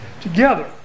together